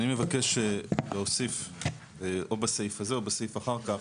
אני מבקש להוסיף או בסעיף הזה או בסעיף אחר כך